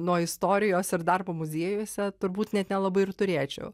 nuo istorijos ir darbo muziejuose turbūt net nelabai ir turėčiau